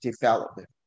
development